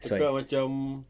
that's why